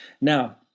Now